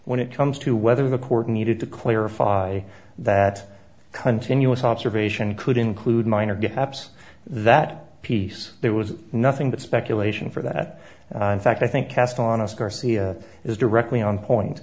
when it comes to whether the court needed to clarify that continuous observation could include minor gaps that piece there was nothing but speculation for that fact i think cast on us garcia is directly on point